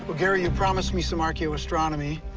but gary, you promised me some archaeoastronomy.